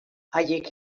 haiek